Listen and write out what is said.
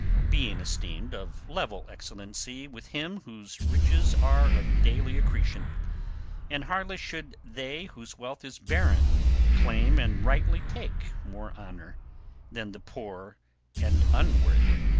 being esteemed of level excellency with him whose riches are of daily accretion and hardly should they whose wealth is barren claim and rightly take more honor than the poor and unworthy.